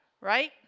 Right